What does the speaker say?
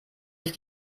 ich